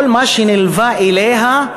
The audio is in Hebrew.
כל מה שנלווה אליה,